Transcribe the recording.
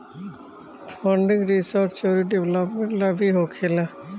funding research औरी development ला भी होखेला